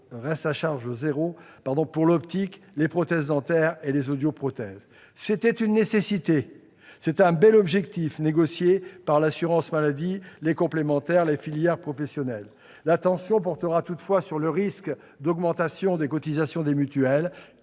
reste à charge zéro » pour l'optique ainsi que pour les prothèses dentaires et auditives débutera en janvier. Il répond à une nécessité, avec un bel objectif, négocié par l'assurance maladie, les complémentaires et les filières professionnelles. L'attention portera toutefois sur le risque d'augmentation des cotisations des mutuelles.